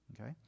Okay